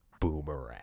Boomerang